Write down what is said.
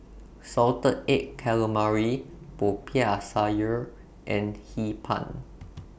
Salted Egg Calamari Popiah Sayur and Hee Pan